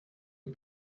and